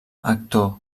actor